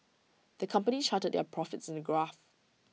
the company charted their profits in A graph